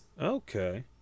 Okay